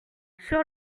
sur